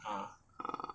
ah